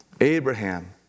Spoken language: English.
Abraham